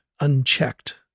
unchecked